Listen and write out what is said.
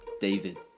David